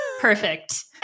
perfect